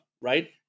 right